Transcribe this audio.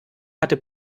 hatte